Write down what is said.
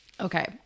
Okay